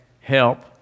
help